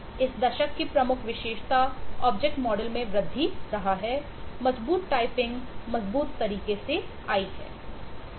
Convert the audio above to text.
तो इस दशक की प्रमुख विशेषता ऑब्जेक्ट मॉडल मजबूत तरीके से आई है